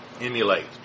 emulate